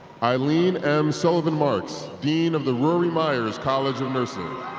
eileen m. sullivan-marx, dean of the rory meyers college of nursing